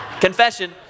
Confession